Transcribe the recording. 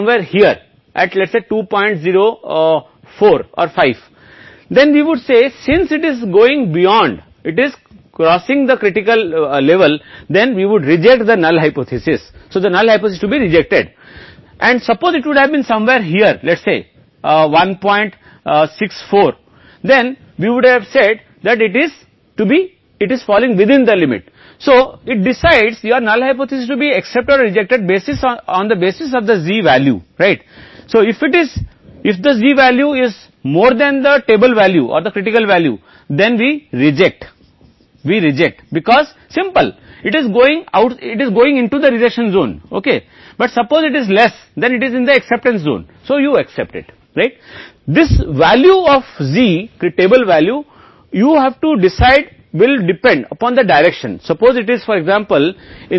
यह α है या यह एक प्रकार की त्रुटि सही है या महत्वपूर्ण स्तर जो केवल टाइप त्रुटि कह रहा था यह दो त्रुटियां हैं जो किसी भी शोध प्रक्रिया टाइप 1 त्रुटि में होती हैं जब नमूना परिणाम अशक्त परिकल्पना की अस्वीकृति की ओर जाता है जब यह वास्तव में सच होता है इसका मतलब है कि आप एक परिकल्पना को खारिज कर रहे हैं जिसे आप खारिज कर रहे हैं एक सच्ची परिकल्पना है ताकि यह एक है त्रुटि है तो अब यह त्रुटि कितनी त्रुटि की अनुमति है या इसके द्वारा अनुमत है शोधकर्ता कभी कभी यह 5 होता है जैसा कि मैंने कहा या यह 1 हो सकता है